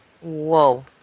Whoa